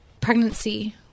pregnancy